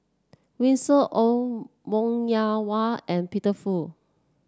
Winston Oh Wong Yoon Wah and Peter Fu